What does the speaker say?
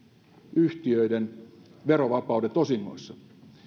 yhtiöiden verovapaudet osingoissa